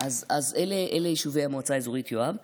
אז אלה יישובי המועצה האזורית יואב.